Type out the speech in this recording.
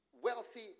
wealthy